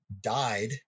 died